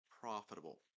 profitable